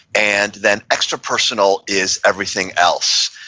and then extrapersonal is everything else.